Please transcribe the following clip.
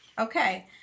Okay